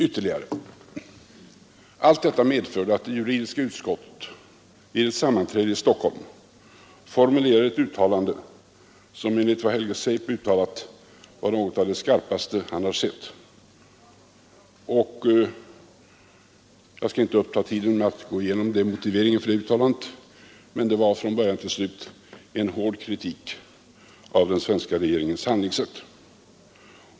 Ytterligare: Allt detta medförde att juridiska utskottet vid ett sammanträde i Stockholm formulerade ett uttalande som, enligt vad Nr 106 Helge Seip yttrade, var något av det skarpaste han sett. Jag skall inte + a a, äg å i iveri a fö a t Fredagen den uppta tiden med att gå igenom motiveringen för det uttalandet, men de I juni 1973 var från början till slut en hård kritik av den svenska regeringens handlingssätt.